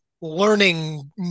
learning